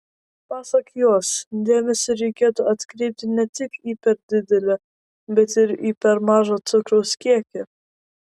pasak jos dėmesį reikėtų atkreipti ne tik į per didelį bet ir į per mažą cukraus kiekį